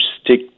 stick